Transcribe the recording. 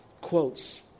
quotes